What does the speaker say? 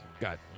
got